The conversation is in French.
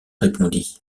répondit